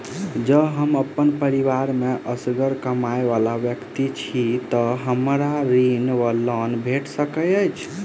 जँ हम अप्पन परिवार मे असगर कमाई वला व्यक्ति छी तऽ हमरा ऋण वा लोन भेट सकैत अछि?